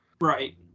right